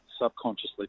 subconsciously